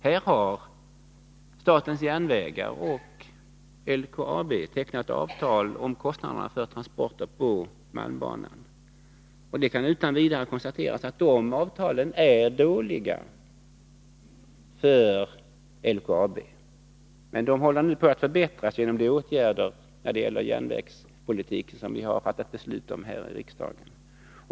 Här har statens järnvägar och LKAB tecknat avtal om kostnaderna för transporter på malmbanan. Det kan utan vidare konstateras att de avtalen är dåliga för LKAB. Men de håller nu på att förbättras genom de åtgärder när det gäller järnvägspolitiken som vi har fattat beslut om här i riksdagen.